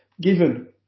given